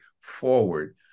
forward